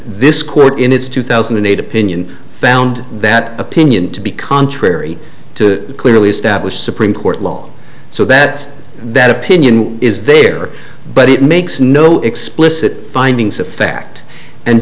this court in its two thousand and eight opinion found that opinion to be contrary to clearly established supreme court law so that that opinion is there but it makes no explicit findings of fact and